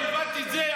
ואם לא הבנת את זה,